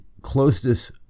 closest